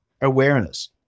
awareness